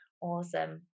awesome